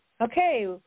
Okay